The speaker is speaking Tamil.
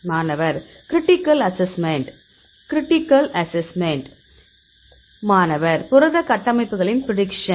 மாணவர் க்ரிட்டிக்கல் அசஸ்மெண்ட் க்ரிட்டிக்கல் அசஸ்மெண்ட் மாணவர் புரத கட்டமைப்புகளின் பிரடிக்சன்